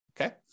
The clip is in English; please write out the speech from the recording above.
Okay